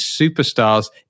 superstars